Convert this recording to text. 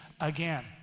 again